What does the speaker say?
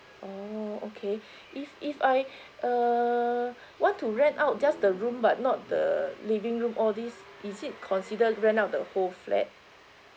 oh okay if if I uh want to rent out just the room but not the living room all these is it considered rent out the whole flat